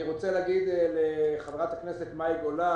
אני רוצה להגיד יישר כוח לחברת הכנסת מאי גולן,